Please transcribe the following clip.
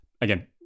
again